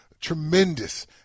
tremendous